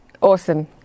Awesome